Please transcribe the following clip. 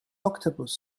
octopus